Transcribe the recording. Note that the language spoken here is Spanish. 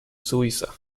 suiza